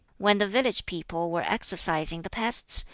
when the village people were exorcising the pests,